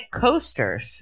coasters